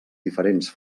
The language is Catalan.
diferents